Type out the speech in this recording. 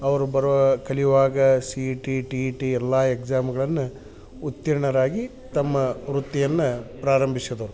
ಅವರು ಬರುವಾ ಕಲಿಯುವಾಗ C E T T E T ಎಲ್ಲಾ ಎಕ್ಸಾಮುಗಳನ್ನ ಉತ್ತೀರ್ಣರಾಗಿ ತಮ್ಮ ವೃತ್ತಿಯನ್ನ ಪ್ರಾರಂಭಿಸಿದರು